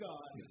God